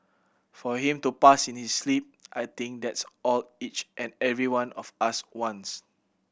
for him to pass in his sleep I think that's all each and every one of us wants